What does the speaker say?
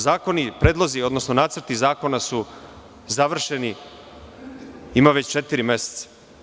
Zakoni, predlozi, odnosno nacrti zakona su završeni ima već četiri meseca.